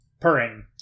Purring